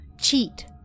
cheat